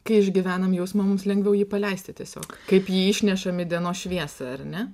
kai išgyvenam jausmą mums lengviau jį paleisti tiesiog kaip jį išnešam į dienos šviesą ar ne